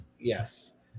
Yes